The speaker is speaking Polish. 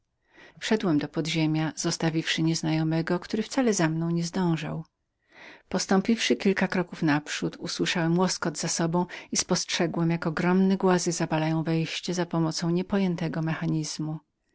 wszedłem do podziemia zostawiwszy nieznajomego który wcale za mną nie zdążał postąpiwszy kilka kroków naprzód usłyszałem łoskot za sobą i spostrzegłem jak ogromne głazy zawalały wejście za pomocą niepojętego